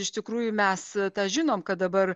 iš tikrųjų mes tą žinom kad dabar